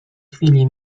chwili